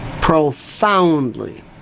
Profoundly